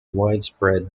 widespread